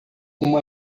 uma